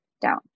down